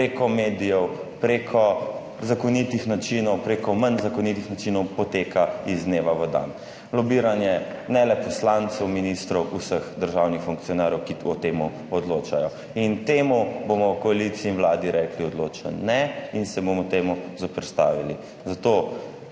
prek medijev, prek zakonitih načinov, prek manj zakonitih načinov poteka iz dneva v dan. Lobiranje ne le poslancev, ministrov, vseh državnih funkcionarjev, ki o tem odločajo, in temu bomo v koaliciji in Vladi rekli odločno ne in se bomo temu zoperstavili. Zato